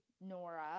Nora